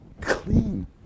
clean